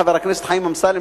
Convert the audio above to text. חבר הכנסת חיים אמסלם,